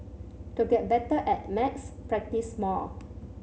to get better at maths practise more